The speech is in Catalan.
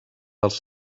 dels